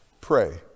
Pray